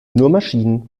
maschinen